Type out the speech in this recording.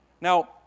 Now